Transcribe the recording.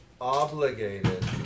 obligated